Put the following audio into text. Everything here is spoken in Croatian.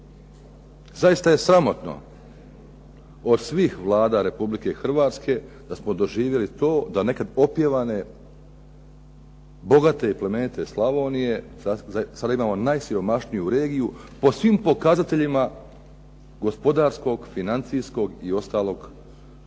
Zaista je sramotno od svih Vlada RH da smo doživjeli to da nekad opjevane, bogate i plemenite Slavonije sada imamo najsiromašniju regiju po svim pokazateljima gospodarskog, financijskog i ostalog pomaka